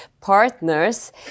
partners